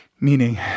Meaning